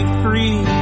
free